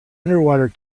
underwater